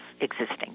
existing